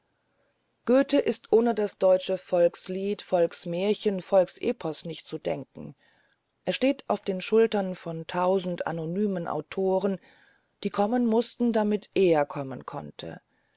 goethe ist ohne das deutsche volkslied volksmärchen volksepos nicht zu denken er steht auf den schultern von tausend anonymen autoren die kommen mußten damit er kommen konnte